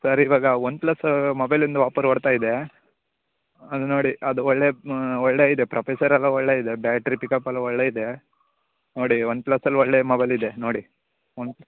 sir ಇವಾಗ OnePlus ಮೊಬೈಲಿಂದು offer ಓಡ್ತಾ ಇದೆ ಅದು ನೋಡಿ ಅದು ಒಳ್ಳೆ ಒಳ್ಳೆ ಇದೆ ಪ್ರೊಫೆಸರ್ ಎಲ್ಲ ಒಳ್ಳೆ ಇದೆ ಬ್ಯಾಟ್ರಿ ಪಿಕಪ್ಪಲ್ಲ ಒಳ್ಳೆ ಇದೆ ನೋಡಿ ಒನ್ಪ್ಲಸಲ್ಲಿ ಒಳ್ಳೆ ಮೊಬೈಲ್ ಇದೆ ನೋಡಿ ಒನ್